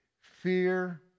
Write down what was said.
Fear